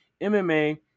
MMA